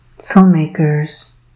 Filmmakers